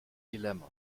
dilemma